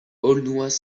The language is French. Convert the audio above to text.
aulnois